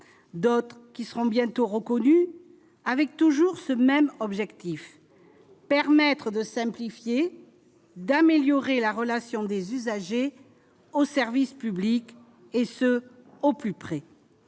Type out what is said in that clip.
d'autres qui seront bientôt reconnus, avec toujours ce même objectif : permettre de simplifier et d'améliorer la relation des usagers au service public et ce au plus près